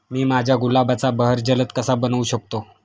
मी माझ्या गुलाबाचा बहर जलद कसा बनवू शकतो?